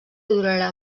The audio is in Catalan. durarà